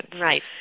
Right